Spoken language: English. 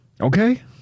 Okay